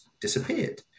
disappeared